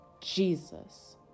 Jesus